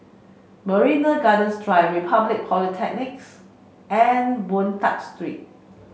Marina Gardens Drive Republic Polytechnics and Boon Tat Street